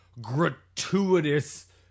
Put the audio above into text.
gratuitous